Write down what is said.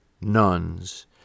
nuns